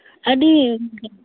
ᱟᱰᱤ